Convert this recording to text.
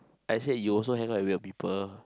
I say you also hang out with weird people